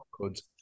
codes